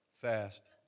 Fast